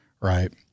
Right